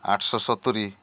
ଆଠଶହ ସତୁୁରୀ